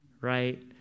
right